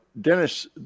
dennis